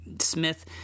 Smith –